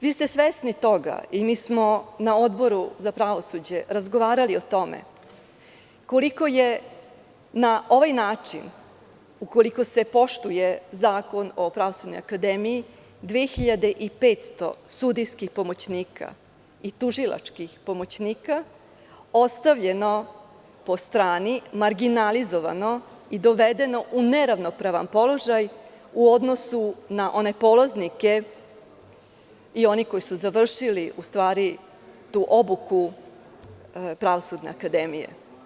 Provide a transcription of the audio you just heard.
Vi ste svesni toga i mi smo na Odboru za pravosuđe razgovarali o tome koliko je na ovaj način, ukoliko se poštuje Zakon o Pravosudnoj akademiji, 2.500 pomoćnika i tužilačkih pomoćnika, ostavljeno po strani, marginalizovano i dovedeno u neravnopravan položaj u odnosu na one polaznike i one koji su završili tu obuku Pravosudne akademije.